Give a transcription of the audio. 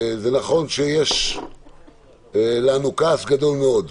זה נכון שיש לנו כעס גדול מאוד,